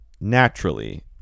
naturally